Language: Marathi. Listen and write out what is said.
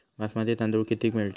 बासमती तांदूळ कितीक मिळता?